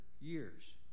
years